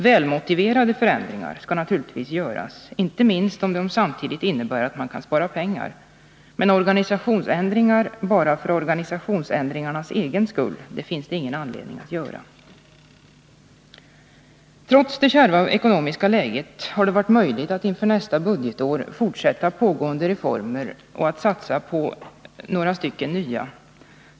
Välmotiverade förändringar skall naturligtvis göras, inte minst om de samtidigt innebär att man kan spara pengar. Men organisationsändringar bara för organisationsändringarnas egen skull, det finns ingen anledning att göra. Trots det kärva ekonomiska läget har det varit möjligt att inför nästa budgetår fortsätta pågående reformer och att satsa på några nya.